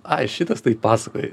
ai šitas tai pasakoja